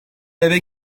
eve